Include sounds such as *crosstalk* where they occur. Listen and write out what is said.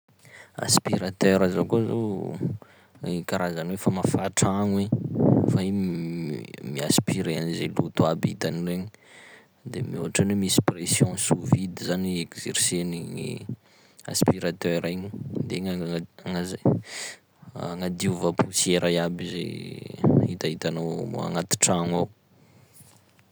Aspirateur zao koa zao *hesitation* karazany hoe famafa tragno i, fa igny *hesitation* mi-aspirer an'izay loto aby hitany regny, de m- ohatran'ny hoe misy pression sous-vide zany exercen'igny aspirateur igny, de igny agnaova- agnaja- *noise* agnadiova poussière iaby zay *hesitation* hitahitanao moa agnaty tragno.